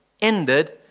ended